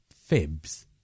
fibs